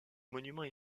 monuments